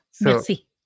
merci